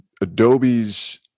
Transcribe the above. Adobe's